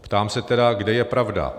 Ptám se tedy, kde je pravda.